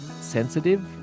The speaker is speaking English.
sensitive